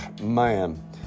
man